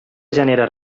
genera